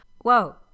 whoa